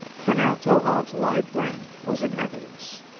for now towahg's wide grin was in evidence.